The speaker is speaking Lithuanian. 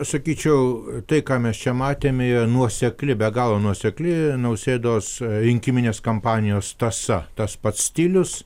aš sakyčiau tai ką mes čia matėme yra nuosekli be galo nuosekli nausėdos rinkiminės kampanijos tąsa tas pats stilius